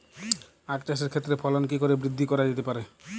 আক চাষের ক্ষেত্রে ফলন কি করে বৃদ্ধি করা যেতে পারে?